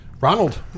Ronald